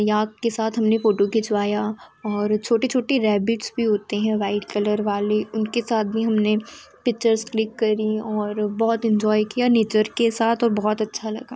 याक के साथ हमने फोटो खींचवाया और छोटी छोटी रैबिट्स भी होते हैं व्हाइट कलर वाली उनके साथ भी हमने पिक्चर्स क्लिक करी और बहुत इन्जॉय किया नेचर के साथ और बहुत अच्छा लगा